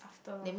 after lah